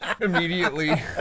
immediately